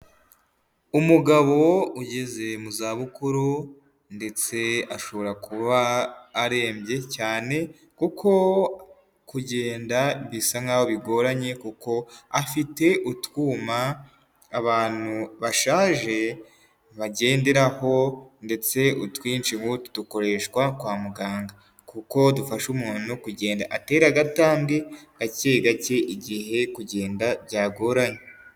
Umugabo ugeze mu zabukuru, ndetse ashobora kuba arembye cyane kuko kugenda bisa nk'aho bigoranye, kuko afite utwuma abantu bashaje bagenderaho ndetse utwinshi ubu dukoreshwa kwa muganga, kuko dufasha umuntu kugenda atera agatambwe gake gake igihe kugenda byagoranye.